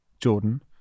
Jordan